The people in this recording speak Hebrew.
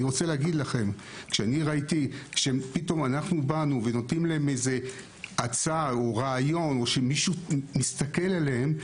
כשאני ראיתי שאנו נותנים להם הצעה או רעיון או שמישהו מסתכל עליהם,